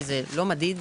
כי זה לא מדיד,